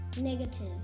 negative